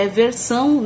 versão